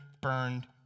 burned